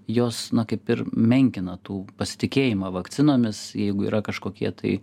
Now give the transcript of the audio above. jos kaip ir menkina tų pasitikėjimą vakcinomis jeigu yra kažkokie tai